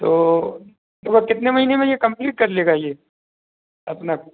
तो तो वह कितने महीने में यह कंप्लीट कर लेगा यह अपना